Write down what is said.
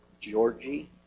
Georgie